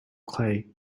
clay